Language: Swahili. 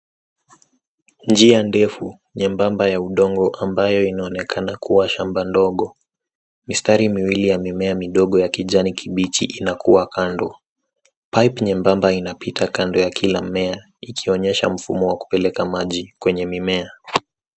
Njia ndefu, nyembamba ya udongo ambayo inaonekana kuwa shamba ndogo. Mistari miwili yamemea midogo ya kijani kibichi inakua kando. Pipe nyembamba inapita kando ya kila mmea ikionyesha mfumo wa kupeleka maji kwenye mimea.